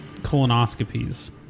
colonoscopies